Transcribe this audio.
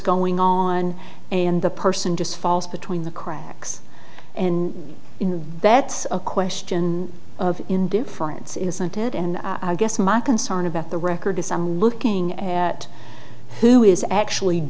going on and the person just falls between the cracks and that's a question of indifference isn't it and i guess my concern about the record is i'm looking at who is actually